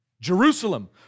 Jerusalem